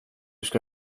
ska